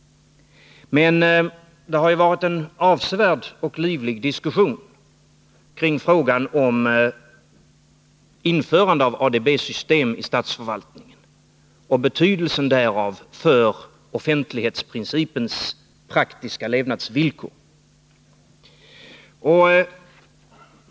Men det har ju förts en avsevärd och livlig diskussion kring frågan om införande av ADB-system i statsförvaltningen och betydelsen därav för offentlighetsprincipens praktiska levnadsvillkor.